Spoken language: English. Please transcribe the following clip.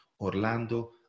Orlando